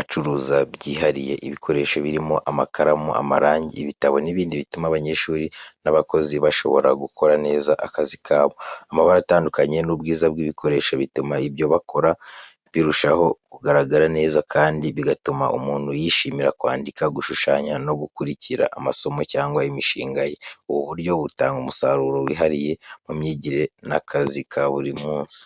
acuruza byihariye ibikoresho birimo amakaramu, amarangi, ibitabo n’ibindi bituma abanyeshuri n’abakozi bashobora gukora neza akazi kabo. Amabara atandukanye n’ubwiza bw’ibikoresho bituma ibyo bakora birushaho kugaragara neza kandi bigatuma umuntu yishimira kwandika, gushushanya no gukurikira amasomo cyangwa imishinga ye. Ubu buryo butanga umusaruro wihariye mu myigire n’akazi ka buri munsi.